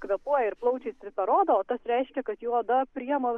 kvėpuoja ir plaučiais ir per odą o tas reiškia kad jų oda priima